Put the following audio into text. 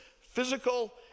physical